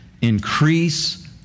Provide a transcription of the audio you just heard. increase